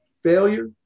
failure